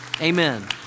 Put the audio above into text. Amen